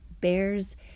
bears